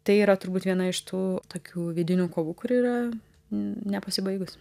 tai yra turbūt viena iš tų tokių vidinių kovų kuri yra nepasibaigus